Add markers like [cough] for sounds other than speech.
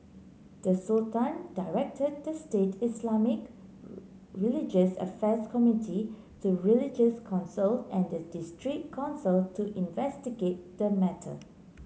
the Sultan directed the state Islamic [unintelligible] religious affairs committee to religious council and the district council to investigate the matter